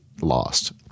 lost